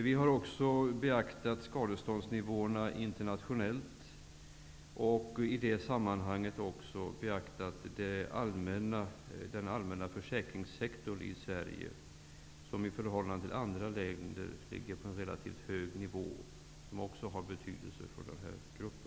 Vi har också gjort en jämförelse med de internationella skadeståndsnivåerna och i det sammanhanget också beaktat den allmänna försäkringssektorn i Sverige, som i förhållande till andra länder ligger på en relativt hög nivå, vilket också har betydelse för denna grupp.